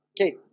Okay